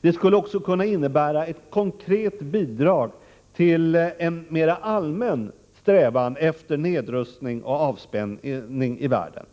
Det skulle också kunna innebära ett konkret bidrag till en mer allmän strävan till en nedrustning och avspänning i världen.